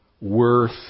worth